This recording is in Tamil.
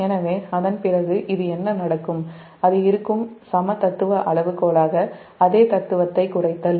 எனவே அதன் பிறகு இது என்ன நடக்கும் சம தத்துவ அளவுகோலாக அதே தத்துவத்தை குறைத்தல்